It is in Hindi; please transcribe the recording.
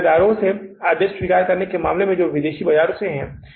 उन खरीदारों से आदेश स्वीकार करने के मामले में जो विदेशी बाजारों से हैं